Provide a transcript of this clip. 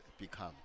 become